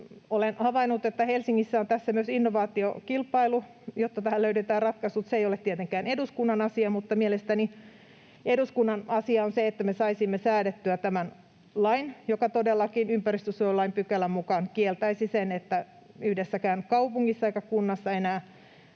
Olen havainnut, että Helsingissä on tässä myös innovaatiokilpailu, jotta tähän löydetään ratkaisut. Se ei ole tietenkään eduskunnan asia, mutta mielestäni eduskunnan asia on se, että me saisimme säädettyä tämän lain, joka todellakin ympäristönsuojelulain pykälän mukaan kieltäisi sen, että yhdessäkään kaupungissa tai kunnassa enää